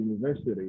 university